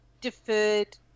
deferred